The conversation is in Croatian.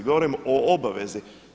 Govorim o obavezi.